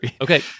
Okay